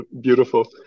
beautiful